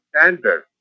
standard